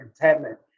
contentment